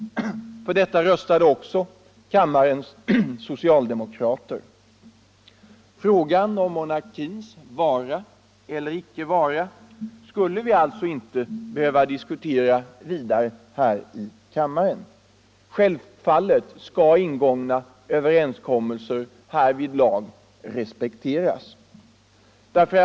För detta röstade kammarens socialdemokrater. Frågan om monarkins vara eller icke vara skulle vi alltså inte vidare behöva diskutera här i kammaren. Självfallet skall ingångna överenskommelser härvidlag respekteras.